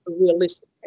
realistic